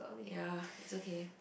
ya it's okay